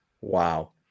Wow